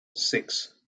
six